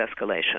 escalation